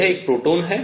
यह एक प्रोटॉन है